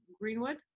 Greenwood